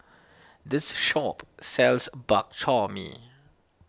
this shop sells Bak Chor Mee